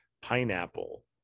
pineapple